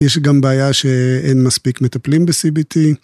יש גם בעיה שאין מספיק מטפלים ב-CBT.